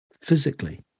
physically